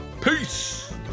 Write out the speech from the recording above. Peace